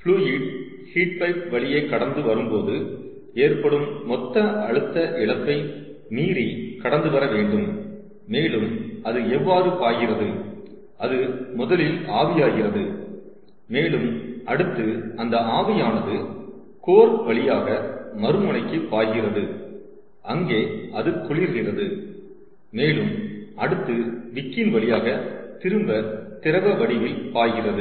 fluid heat pipe வழியே கடந்து வரும்போது ஏற்படும் மொத்த அழுத்த இழப்பை மீறி கடந்து வரவேண்டும் மேலும் அது எவ்வாறு பாய்கிறது அது முதலில் ஆவியாகிறது மேலும் அடுத்து அந்த ஆவியானது கோர் வழியாக மறுமுனைக்கு பாய்கிறது அங்கே அது குளிர்கிறது மேலும் அடுத்து விக்கின் வழியாக திரும்ப திரவ வடிவில் பாய்கிறது